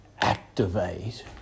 activate